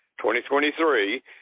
2023